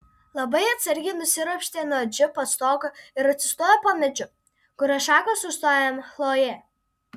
labai atsargiai nusiropštė nuo džipo stogo ir atsistojo po medžiu kurio šakos užstojo jam chlojė